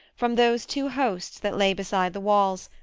from those two hosts that lay beside the walls,